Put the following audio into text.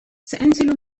سأنزل